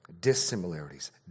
dissimilarities